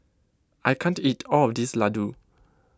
I can't eat all this Laddu